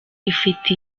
ifite